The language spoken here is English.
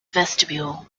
vestibule